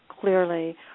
clearly